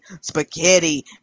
spaghetti